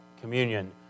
communion